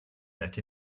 let